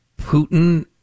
Putin